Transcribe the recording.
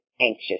anxious